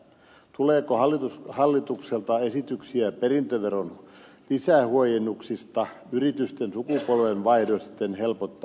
tuleeko hallitukselta esityksiä perintöveron lisähuojennuksista yritysten tukipuolue vaihdosten helpota